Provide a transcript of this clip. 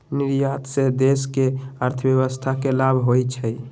निर्यात से देश के अर्थव्यवस्था के लाभ होइ छइ